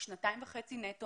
שנתיים וחצי נטו,